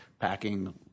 packing